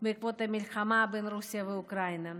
בעקבות המלחמה בין רוסיה לאוקראינה.